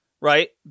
right